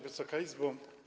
Wysoka Izbo!